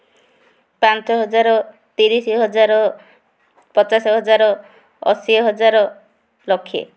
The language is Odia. ପାଞ୍ଚ ହଜାର ତିରିଶି ହଜାର ପଚାଶ ହଜାର ଅଶୀ ହଜାର ଲକ୍ଷେ